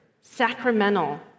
sacramental